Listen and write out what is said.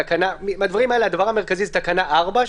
מהדברים האלה הדבר המרכזי זה תקנה 4,